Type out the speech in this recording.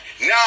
Now